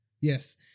Yes